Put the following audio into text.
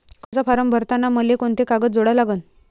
कर्जाचा फारम भरताना मले कोंते कागद जोडा लागन?